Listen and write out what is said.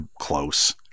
close